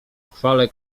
chwale